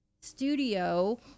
studio